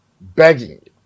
begging